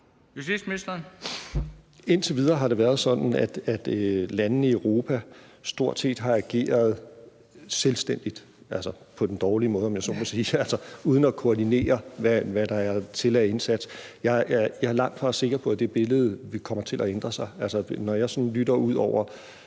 Indtil videre har det været sådan, at landene i Europa stort set har ageret selvstændigt – altså på den dårlige måde, om jeg så må sige – uden at koordinere, hvad der skal til af indsatser. Jeg er langtfra sikker på, at det billede kommer til at ændre sig. Når jeg lytter ud over